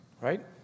right